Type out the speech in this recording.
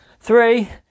three